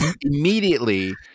immediately